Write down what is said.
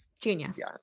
Genius